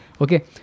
Okay